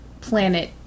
Planet